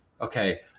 okay